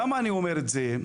למה אני אומר את זה?